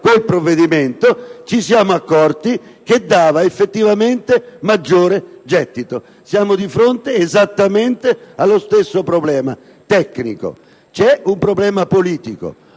quel provvedimento, ci siamo accorti che produceva effettivamente maggior gettito. Siamo di fronte esattamente allo stessa problema tecnico. C'è poi un problema politico: